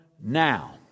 now